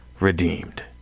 redeemed